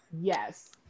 Yes